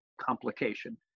complication